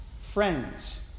friends